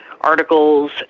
articles